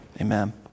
Amen